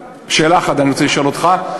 שאלה אחת אני רוצה לשאול אותך,